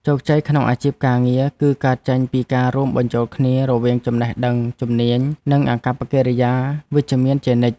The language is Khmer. ជោគជ័យក្នុងអាជីពការងារ គឺកើតចេញពីការរួមបញ្ចូលគ្នារវាងចំណេះដឹង ជំនាញ និងអាកប្បកិរិយាវិជ្ជមានជានិច្ច។